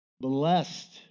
Blessed